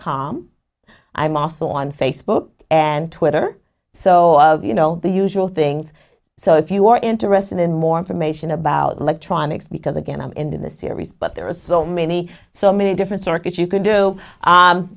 com i'm also on facebook and twitter so you know the usual things so if you are interested in more information about electronics because again i'm in the series but there are so many so many different circuits you can do